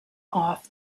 off